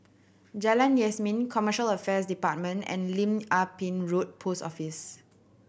Jalan Yasin Commercial Affairs Department and Lim Ah Pin Road Post Office